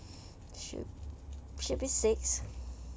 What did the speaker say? should should be six